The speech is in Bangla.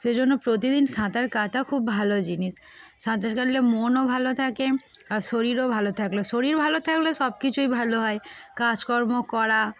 সেই জন্য প্রতিদিন সাঁতার কাটা খুব ভালো জিনিস সাঁতার কাটলে মনও ভালো থাকে আর শরীরও ভালো থাকল শরীর ভালো থাকলে সব কিছুই ভালো হয় কাজকর্ম করা